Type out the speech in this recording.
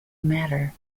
matter